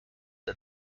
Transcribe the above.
the